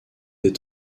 des